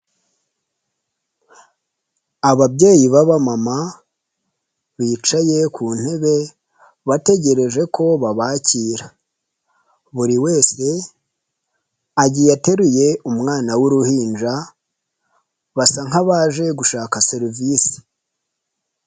Ababyeyi baba mama bicaye ku ntebe bategereje ko babakira, buri wese agiye ateruye umwana w'uruhinja, basa nk'abaje gushaka serivisi.